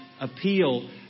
appeal